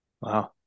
Wow